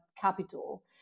capital